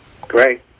Great